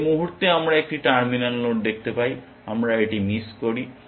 যে মুহুর্তে আমরা একটি টার্মিনাল নোড দেখতে পাই আমরা এটি মিস করি